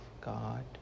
God